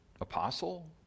Apostle